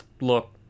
look